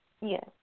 Yes